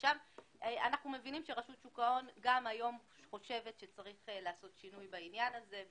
אנחנו מבינים שרשות שוק ההון חושבת היום שצריך לעשות שינוי בעניין הזה.